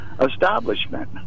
establishment